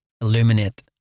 illuminate